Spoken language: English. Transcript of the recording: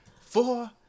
four